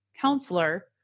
counselor